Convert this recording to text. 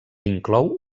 inclou